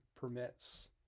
permits